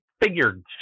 figured